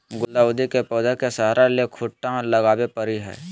गुलदाऊदी के पौधा के सहारा ले खूंटा लगावे परई हई